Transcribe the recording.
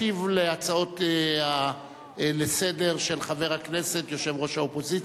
ישיב על ההצעות לסדר-היום של חבר הכנסת וראש